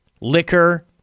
liquor